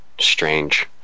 strange